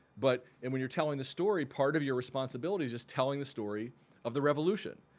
but and when you're telling the story part of your responsibility is just telling the story of the revolution.